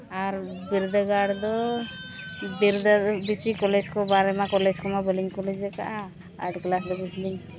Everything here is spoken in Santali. ᱟᱨ ᱵᱤᱨᱫᱟᱹᱜᱟᱲ ᱫᱚ ᱵᱤᱨᱫᱟᱹ ᱵᱮᱥᱤ ᱠᱚᱞᱮᱡᱽ ᱠᱚ ᱢᱟ ᱵᱮᱥᱤ ᱵᱟᱹᱞᱤᱧ ᱠᱚᱞᱮᱡᱽ ᱠᱟᱜᱼᱟ ᱟᱴ ᱠᱞᱟᱥ ᱫᱷᱟᱹᱵᱤᱡ ᱞᱤᱧ